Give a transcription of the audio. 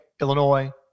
Illinois